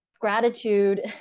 gratitude